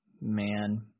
man